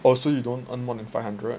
oh so you don't earn more than five hundred